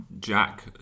Jack